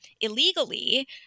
illegally